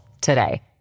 today